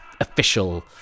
official